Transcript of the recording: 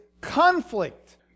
conflict